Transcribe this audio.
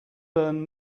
burned